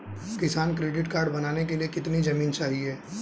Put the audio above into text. किसान credit card बनाने के लिए कितनी जमीन चाहिए?